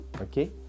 okay